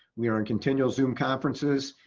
we are in continual zoom conferences.